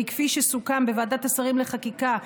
כי כפי שסוכם בוועדת השרים לחקיקה,